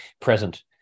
present